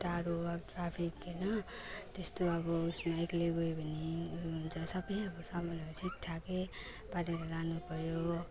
टाढो अब ट्राफिक होइन त्यस्तो अब उयसमा एक्लै गयो भने ऊ हुन्छ सबै अब सामानहरू ठिकठाकै पारेर लानु पर्यो